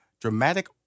Dramatic